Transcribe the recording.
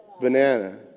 banana